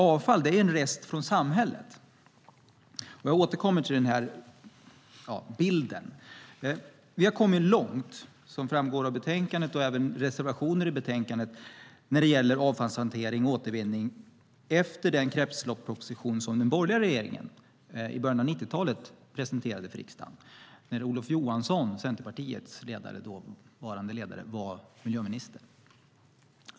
Avfall är en rest från samhället. Jag återkommer till denna bild. Som framgår av betänkandet och även av reservationerna har vi kommit långt när det gäller avfallshantering och återvinning efter den kretsloppsproposition som den borgerliga regeringen i början av 90-talet presenterade för riksdagen. Då var Olof Johansson, Centerpartiets dåvarande ledare, miljöminister.